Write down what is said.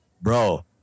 Bro